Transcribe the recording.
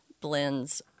blends